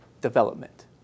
development